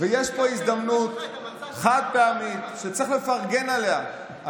ויש פה הזדמנות חד-פעמית, שצריך לפרגן עליה.